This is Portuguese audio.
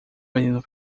menino